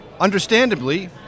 understandably